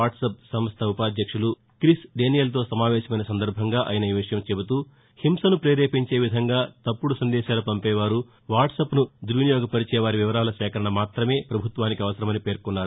WhatsApp సంస్ద ఉపాధ్యక్షుడు Chris దేనియల్తో సమావేశమైన సందర్బంగా ఆయన ఈవిషయం చెబుతూ హింసను పేరేపించే విధంగా తప్పుడు సందేశాలు పంపేవారు వాట్సప్ను దుర్వినియోగపరిచేవారి వివరాల సేకరణ మాత్రమే ప్రభుత్వానికి అవసరమని పేర్కొన్నారు